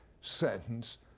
sentence